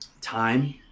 time